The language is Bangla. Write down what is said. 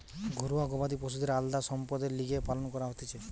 ঘরুয়া গবাদি পশুদের আলদা সম্পদের লিগে পালন করা হতিছে